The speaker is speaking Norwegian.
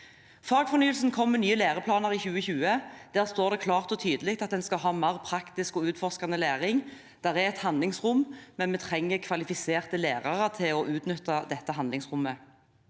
Fagfornyelsen kom med nye læreplaner i 2020. Der står det klart og tydelig at en skal ha mer praktisk og utforskende læring. Det er et handlingsrom, men vi trenger kvalifiserte lærere til å utnytte det handlingsrommet.